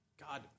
God